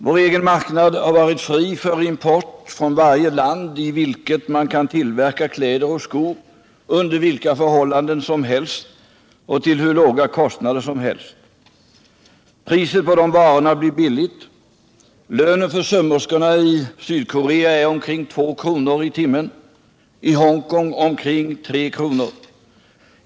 Vår egen marknad har varit fri för import från varje land, där man kan tillverka kläder och skor under vilka förhållanden som helst och till hur låga kostnader som helst. Priset på de varorna blir lågt. Lönen för sömmerskor i Sydkorea är omkring två kronor i timmen, i Hongkong omkring tre kronor.